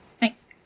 Thanks